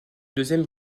deuxième